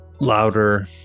louder